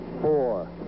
four